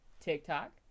TikTok